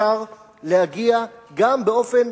אפשר להגיע גם באופן